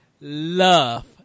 Love